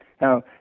Now